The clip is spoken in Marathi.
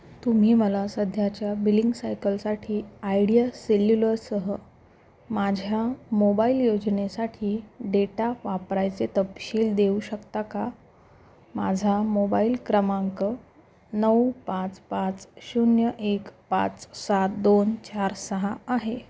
तुम्ही मला सध्याच्या बिलिंग सायकलसाठी आयडीया सेल्युलससह माझ्या मोबाईल योजनेसाठी डेटा वापरायचे तपशील देऊ शकता का माझा मोबाईल क्रमांक नऊ पाच पाच शून्य एक पाच सात दोन चार सहा आहे